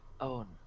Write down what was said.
own